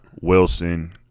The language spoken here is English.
Wilson